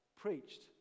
preached